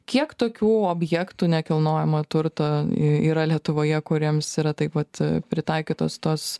kiek tokių objektų nekilnojamo turto yra lietuvoje kuriems yra taip pat pritaikytos tos